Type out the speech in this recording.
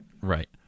right